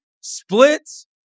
splits